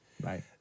Right